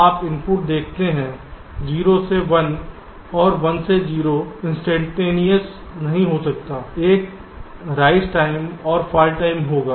आप इनपुट देखते हैं 0 से 1 और 1 से 0 इंस्टैन्टेनियस नहीं हो सकता है एक राइस टाइम और फॉल टाइम होगा